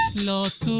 last